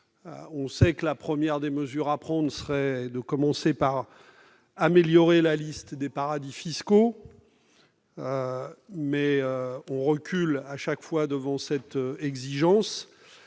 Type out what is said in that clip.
On sait que la première des mesures à prendre serait d'améliorer la liste des paradis fiscaux, mais on recule à chaque fois devant cette exigence.